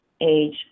age